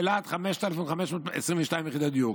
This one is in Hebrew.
ובאלעד, 5,522 יחידות דיור.